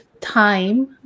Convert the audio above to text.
time